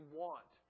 want